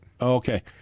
Okay